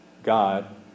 God